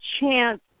chance